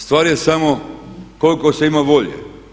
Stvar je samo koliko se ima volje.